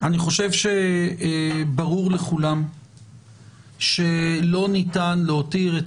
אני חושב שברור לכולם שלא ניתן להותיר את